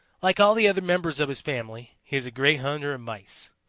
like all the other members of his family, he is a great hunter of mice.